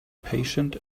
patient